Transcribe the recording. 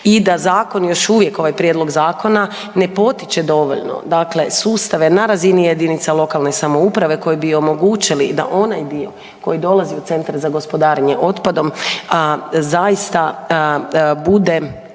i da zakon još uvijek ovaj prijedlog zakona ne potiče dovoljno sustave na razini jedinica lokalne samouprave koji bi omogućili da onaj dio koji dolazi od centra za gospodarenja otpadom zaista bude